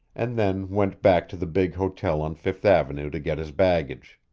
and then went back to the big hotel on fifth avenue to get his baggage.